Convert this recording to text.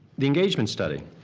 the engagement study.